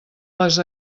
les